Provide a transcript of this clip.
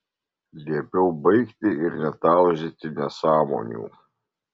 liepiau baigti ir netauzyti nesąmonių